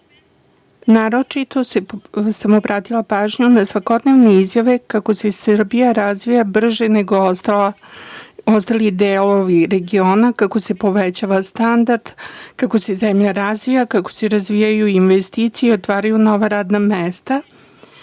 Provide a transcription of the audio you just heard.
naročito sam obratila pažnju na svakodnevne izjave kako se Srbija razvija brže nego ostali delovi regiona, kako se povećava standard, kako se zemlja razvija, kako se razvijaju investicije i otvaraju nova radna mesta.